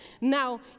Now